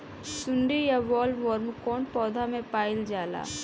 सुंडी या बॉलवर्म कौन पौधा में पाइल जाला?